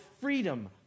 freedom